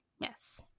yes